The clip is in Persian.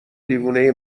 دیوونه